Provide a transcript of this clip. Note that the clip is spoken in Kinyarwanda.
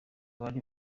bari